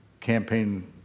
campaign